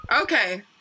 Okay